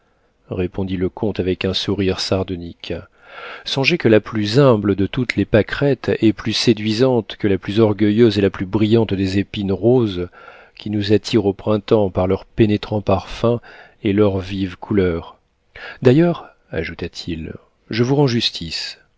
répondit le comte avec un sourire sardonique songez que la plus humble de toutes les pâquerettes est plus séduisante que la plus orgueilleuse et la plus brillante des épines roses qui nous attirent au printemps par leurs pénétrants parfums et leurs vives couleurs d'ailleurs ajouta-t-il je vous rends justice